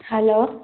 hello